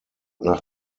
nach